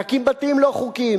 להקים בתים לא חוקיים,